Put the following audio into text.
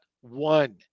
one